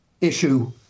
issue